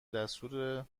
دستور